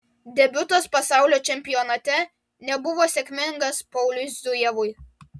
debiutas pasaulio čempionate nebuvo sėkmingas pauliui zujevui